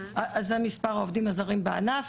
זה מספר העובדים הזרים בענף.